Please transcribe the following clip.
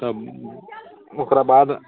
तब ओकरा बाद